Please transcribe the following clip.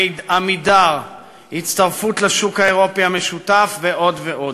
"עמידר"; הצטרפות לשוק האירופי המשותף ועוד ועוד.